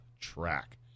track